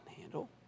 Handle